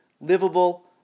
Livable